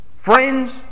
Friends